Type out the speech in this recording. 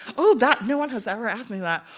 ooh, that no one has ever asked me that.